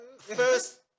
first